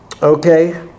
Okay